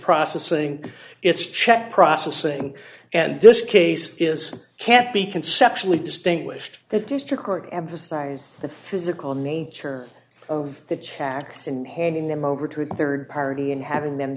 processing it's check process and and this case is can't be conceptually distinguished the district court emphasized the physical nature of the chakras and handing them over to a rd party and having them